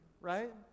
right